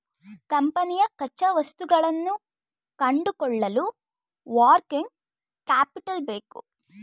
ಕಂಪನಿಯ ಕಚ್ಚಾವಸ್ತುಗಳನ್ನು ಕೊಂಡುಕೊಳ್ಳಲು ವರ್ಕಿಂಗ್ ಕ್ಯಾಪಿಟಲ್ ಬೇಕು